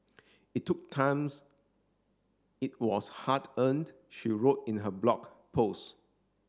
it took times it was hard earned she wrote in her blog post